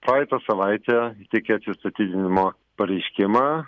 praeitą savaitę įteikė atsistatydinimo pareiškimą